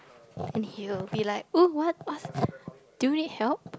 and he will be like oh what what do you need help